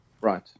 Right